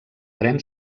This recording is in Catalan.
tren